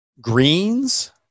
Greens